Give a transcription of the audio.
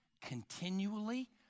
continually